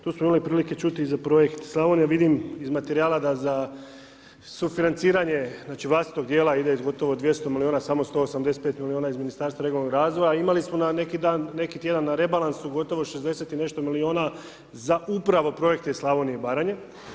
Tu smo imali prilike čuti i za projekt Slavonija, vidim iz materijala da za sufinanciranje, znači vlastitog dijela ide iz gotovo 200 milijuna, samo 185 milijuna iz Ministarstva regionalnog razvoja a imali su neki dan, neki tjedan na rebalansu gotovo 60 i nešto milijuna za upravo projekt Slavonija i Baranja.